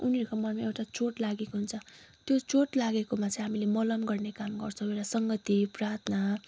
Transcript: उनीहरूको मनमा एउटा चोट लागेको हुन्छ त्यो चोट लागेकोमा चाहिँ हामीले मलहम गर्ने काम गर्छौँ एउटा संगति प्रार्थना